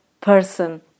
person